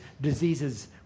diseases